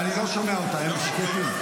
אני לא שומע אותם, הם שקטים.